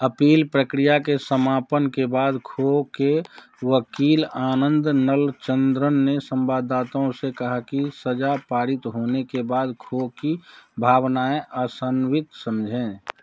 appeal प्रक्रिया के समापन के बाद खो के वकील आनंद नलचंद्रन ने संवाददाताओं से कहा कि सजा पारित होने के बाद खो की भावनाएँ आशान्वित समझें